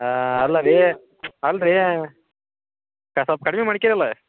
ಅಲ್ಲ ರೀ ಅಲ್ಲ ರೀ ಕ ಸ್ವಲ್ಪ ಕಡ್ಮೆ ಮಾಡ್ಕಳಲ